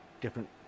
different